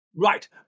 Right